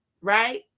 right